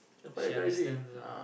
she understand